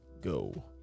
go